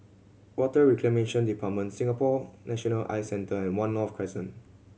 Water Reclamation Department Singapore National Eye Centre and One North Crescent